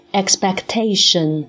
expectation，